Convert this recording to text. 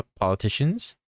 politicians